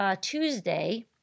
Tuesday